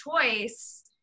choice